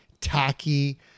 tacky